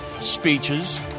speeches